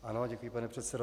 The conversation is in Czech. Ano, děkuji, pane předsedo.